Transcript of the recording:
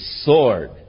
sword